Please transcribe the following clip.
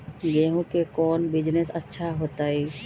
गेंहू के कौन बिजनेस अच्छा होतई?